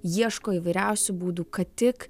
ieško įvairiausių būdų kad tik